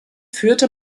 führte